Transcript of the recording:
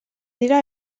dira